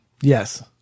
yes